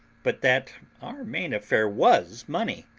but that our main affair was money,